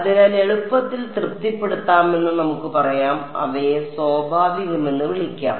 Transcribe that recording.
അതിനാൽ എളുപ്പത്തിൽ തൃപ്തിപ്പെടുത്താമെന്ന് നമുക്ക് പറയാം അവയെ സ്വാഭാവികമെന്ന് വിളിക്കാം